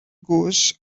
goes